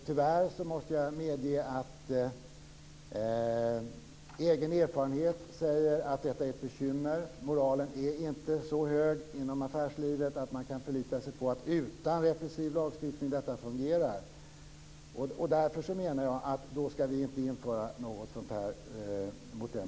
Tyvärr måste jag medge att egen erfarenhet säger att detta är ett bekymmer, moralen är inte så hög inom affärslivet att man kan förlita sig på att detta fungerar utan repressiv lagstiftning. Mot den bakgrunden ska inte någon sådant införas.